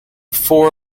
four